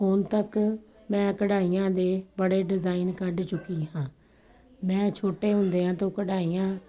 ਹੁਣ ਤੱਕ ਮੈਂ ਕਢਾਈਆਂ ਦੇ ਬੜੇ ਡਿਜ਼ਾਇਨ ਕੱਢ ਚੁੱਕੀ ਹਾਂ ਮੈਂ ਛੋਟੇ ਹੁੰਦਿਆਂ ਤੋਂ ਕਢਾਈਆਂ